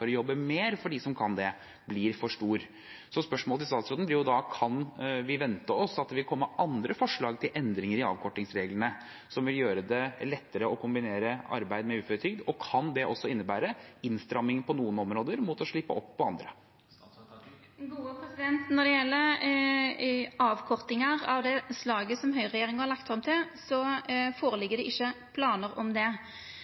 å jobbe mer for dem som kan det, blir for stor. Spørsmålet til statsråden blir da: Kan vi vente oss at det vil komme andre forslag til endringer i avkortingsreglene som vil gjøre det lettere å kombinere arbeid med uføretrygd, og kan det også innebære innstramming på noen områder mot å slippe opp på andre? Når det gjeld avkortingar av det slaget som høgreregjeringa har lagt opp til,